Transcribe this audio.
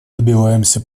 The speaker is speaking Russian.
добиваемся